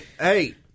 hey